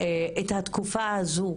את התקופה הזו.